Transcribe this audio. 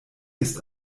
ist